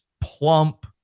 plump